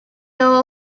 law